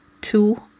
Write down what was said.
two